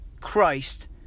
Christ